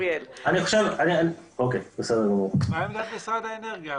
מה עמדת משרד האנרגיה?